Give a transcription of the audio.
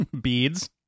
beads